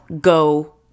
go